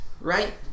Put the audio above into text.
Right